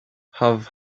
have